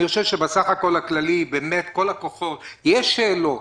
אני חושב שבסך הכול באמת כל הכוחות יש שאלות,